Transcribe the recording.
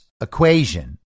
equation